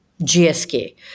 GSK